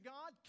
God